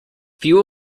fuel